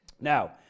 Now